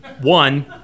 one